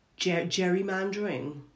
gerrymandering